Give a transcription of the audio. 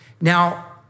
Now